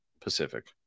Pacific